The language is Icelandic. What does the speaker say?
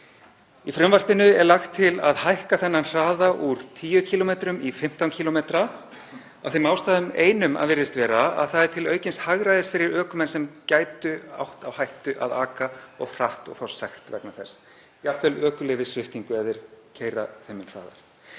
Í frumvarpinu er lagt til að hækka þennan hraða úr 10 km í 15 km af þeim ástæðum einum, að því er virðist, að það er til aukins hagræðis fyrir ökumenn sem gætu átt á hættu að aka of hratt og fá sekt vegna þess, jafnvel ökuleyfissviptingu ef þeir keyra þeim mun hraðar.